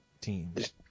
teams